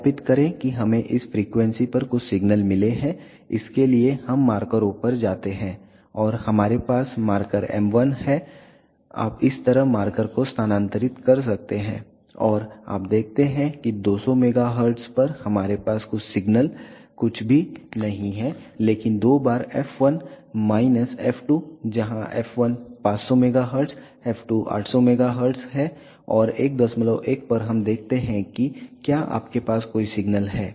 सत्यापित करें कि हमें इस फ्रीक्वेंसी पर कुछ सिग्नल मिलते हैं इसके लिए हम मार्करों पर जाते हैं और हमारे पास मार्कर m 1 है आप इस तरह मार्कर को स्थानांतरित कर सकते हैं और आप देखते हैं कि 200 MHz पर हमारे पास कुछ सिग्नल कुछ भी नहीं है लेकिन दो बार f1 माइनस f2 जहां f1 500 MHz f2 800 MHz है और 11 पर हमें देखते हैं कि क्या आपके पास कोई सिग्नल है